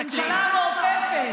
הממשלה המעופפת.